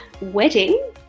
wedding